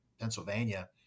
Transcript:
Pennsylvania